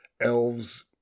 elves